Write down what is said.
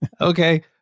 Okay